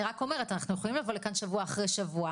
רק אומרת אנחנו יכולים לבוא לכאן שבוע אחרי שבוע